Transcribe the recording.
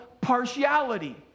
partiality